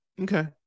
Okay